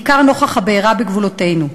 בעיקר נוכח הבעירה בגבולותינו.